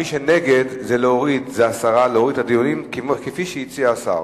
מי שנגד, זה להוריד, הסרה, כפי שהציע השר.